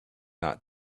not